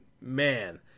man